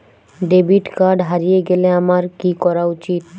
Debit card হারিয়ে গেলে আমার কি করা উচিৎ?